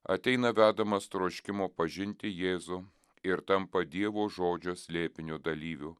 ateina vedamas troškimo pažinti jėzų ir tampa dievo žodžio slėpinio dalyviu